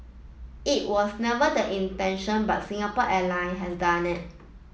it was never the intention but Singapore Airline has done it